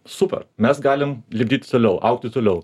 super mes galim lipdyt toliau augti toliau